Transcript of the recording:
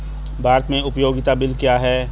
भारत में उपयोगिता बिल क्या हैं?